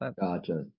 Gotcha